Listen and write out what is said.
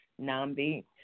Nambi